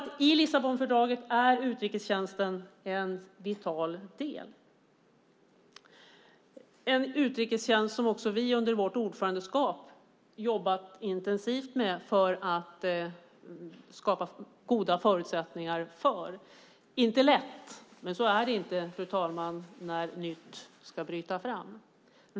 I Lissabonfördraget är utrikestjänsten en vital del, en utrikestjänst som vi under vårt ordförandeskap jobbade intensivt med för att skapa goda förutsättningar. Det var inte lätt, men det är aldrig lätt när något nytt ska bryta fram.